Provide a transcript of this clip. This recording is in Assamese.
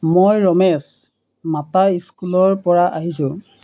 মই ৰমেশ মাতা স্কুলৰ পৰা আহিছোঁ